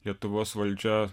lietuvos valdžia